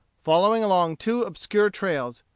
following along two obscure trails,